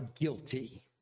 guilty